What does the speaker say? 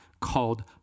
called